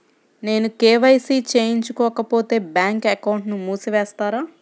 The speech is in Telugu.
నేను కే.వై.సి చేయించుకోకపోతే బ్యాంక్ అకౌంట్ను మూసివేస్తారా?